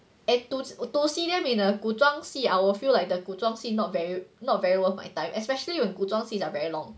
and to to senior 美的古装戏 I will feel like the 古装戏 not very not very worth my time especially when 古装戏 are very long